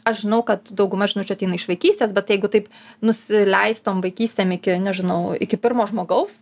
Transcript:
aš žinau kad dauguma žinučių ateina iš vaikystės bet jeigu taip nusileistum vaikystėm iki nežinau iki pirmo žmogaus